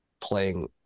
playing